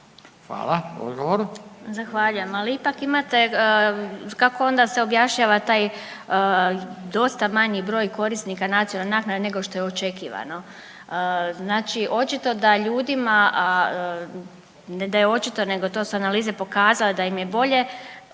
Martina (SDP)** Zahvaljujem, ali ipak imate kako onda se objašnjava taj dosta manji broj korisnika nacionalne naknade nego što je očekivano. Znači očito da ljudima, ne da je očito nego to su analize pokazale da im je bolje